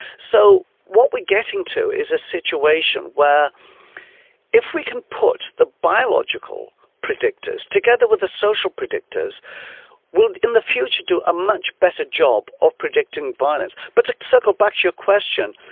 so what we're getting to is a situation where if we can put the biological predictors together with the social predictors we'll in the future do a much better job of predicting violence. but to so come back to your question,